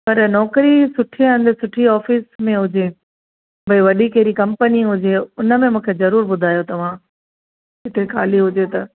पर नौकिरी सुठे हंधि सुठी ऑफ़िस में हुजे भई वॾी कहिड़ी कंपनी हुजे उनमें मूंखे जरूर ॿुधायो तव्हां जिते ख़ाली हुजे त